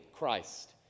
Christ